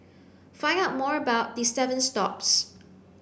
find out more about the seven stops